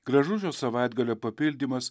gražus šio savaitgalio papildymas